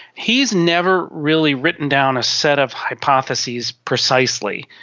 he has never really written down a set of hypotheses precisely,